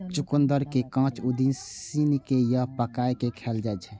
चुकंदर कें कांच, उसिन कें आ पकाय कें खाएल जाइ छै